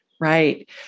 Right